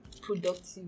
productive